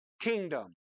kingdom